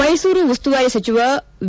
ಮೈಸೂರು ಉಸ್ತುವಾರಿ ಸಚಿವ ವಿ